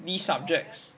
these subjects